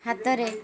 ହାତରେ